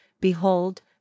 behold